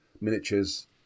miniatures